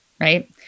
right